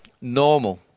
normal